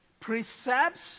precepts